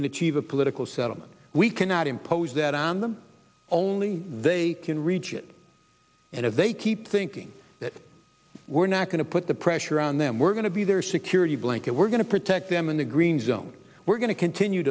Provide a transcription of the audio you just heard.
can achieve a political settlement we cannot impose that on them only they can reach it and if they keep thinking that we're not going to put the pressure on them we're going to be their security blanket we're going to protect them in the green zone we're going to continue